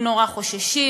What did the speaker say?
הם נורא חוששים,